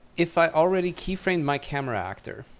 if i already keyframed my camera actor,